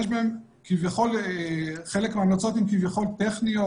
כביכול חלק מההמלצות הן טכניות,